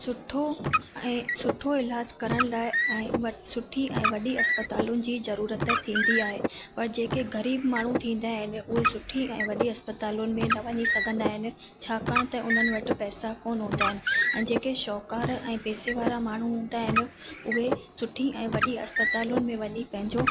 सुठो ऐं सुठो इलाजु करण लाइ ऐं सुठी ऐं वॾी अस्पतालुनि जी ज़रूरत थींदी आहे पर जेके ग़रीबु माण्हू थींदा आहिनि उहे सुठी ऐं वॾी अस्पतालुनि में न वञी सघंदा आहिनि छाकाणि त उन्हनि वटि पैसा न हूंदा आहिनि ऐं जेके शाहूकार ऐं पैसे वारा माण्हू हूंदा आहिनि उहे सुठी ऐं वॾी अस्पतालुनि में वञी पंहिंजो